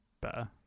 better